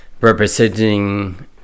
representing